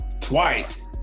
Twice